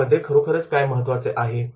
यामध्ये खरोखरच काय महत्त्वाचे आहे